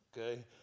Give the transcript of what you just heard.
Okay